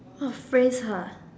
!wah! phrase ha